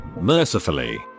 Mercifully